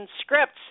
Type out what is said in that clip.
scripts